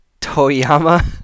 Toyama